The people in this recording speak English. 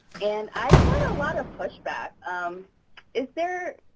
and i thought a lot of pushback um is there.